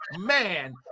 man